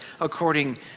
according